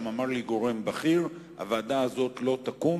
שם אמר לי גורם בכיר שהוועדה הזאת לא תקום